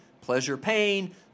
pleasure-pain